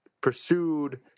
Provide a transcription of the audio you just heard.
pursued